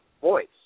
voice